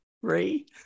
three